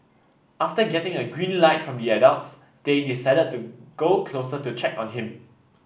after getting a green light from the adults they decided to go closer to check on him